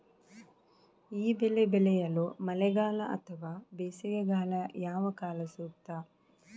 ಈ ಬೆಳೆ ಬೆಳೆಯಲು ಮಳೆಗಾಲ ಅಥವಾ ಬೇಸಿಗೆಕಾಲ ಯಾವ ಕಾಲ ಸೂಕ್ತ?